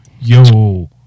Yo